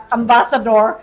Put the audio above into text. ambassador